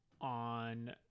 on